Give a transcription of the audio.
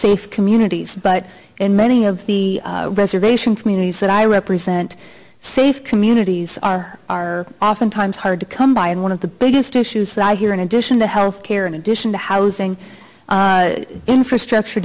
safe communities but in many of the reservations meanings that i represent safe communities are are often times hard to come by and one of the biggest issues that i hear in addition to health care in addition to housing infrastructure